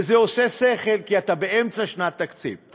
וזה הגיוני, כי אתה באמצע שנת תקציב.